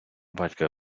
батька